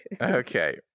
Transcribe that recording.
okay